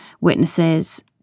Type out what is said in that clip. witnesses